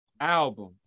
album